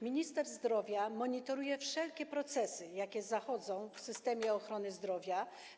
Minister zdrowia monitoruje wszelkie procesy, jakie zachodzą w systemie ochrony zdrowia.